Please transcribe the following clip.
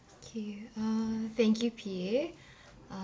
okay uh thank you P A uh